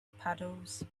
puddles